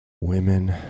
women